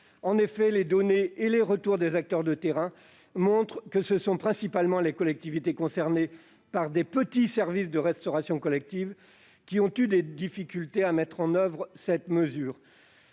En effet, les données et les retours des acteurs de terrain montrent que ce sont principalement les collectivités concernées par de petits services de restauration collective qui ont eu des difficultés à mettre en oeuvre cette mesure.